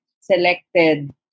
selected